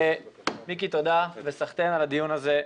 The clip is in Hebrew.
מיקי תודה וסחטיין על הדיון הזה.